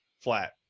flat